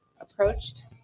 approached